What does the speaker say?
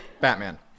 batman